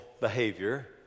behavior